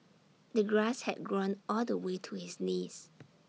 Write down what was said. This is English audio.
the grass had grown all the way to his knees